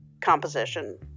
composition